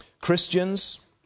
Christians